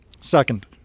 Second